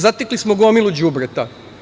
Zatekli smo gomilu đubreta.